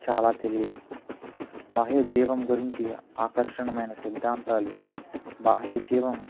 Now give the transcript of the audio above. చాలా తెలీదు బాహ్య జీవం గురించి ఆకర్షణమైన సిద్దాంతాలు బాహ్య జీవం